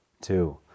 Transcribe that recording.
two